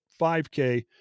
5k